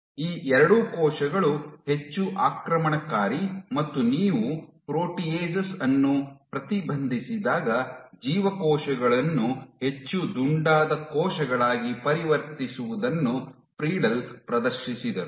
ಈ ಎರಡೂ ಕೋಶಗಳು ಹೆಚ್ಚು ಆಕ್ರಮಣಕಾರಿ ಮತ್ತು ನೀವು ಪ್ರೋಟಿಯೇಸಸ್ ಅನ್ನು ಪ್ರತಿಬಂಧಿಸಿದಾಗ ಜೀವಕೋಶಗಳನ್ನು ಹೆಚ್ಚು ದುಂಡಾದ ಕೋಶಗಳಾಗಿ ಪರಿವರ್ತಿಸುವುದನ್ನು ಫ್ರೀಡ್ಲ್ ಪ್ರದರ್ಶಿಸಿದರು